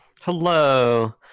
Hello